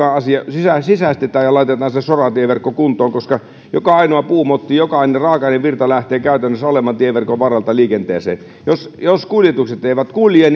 asia sisäistetään ja laitetaan se soratieverkko kuntoon koska joka ainoa puumotti jokainen raaka ainevirta lähtee käytännössä alemman tieverkon varrelta liikenteeseen jos jos kuljetukset eivät kulje